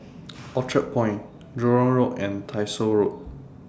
Orchard Point Jurong Road and Tyersall Road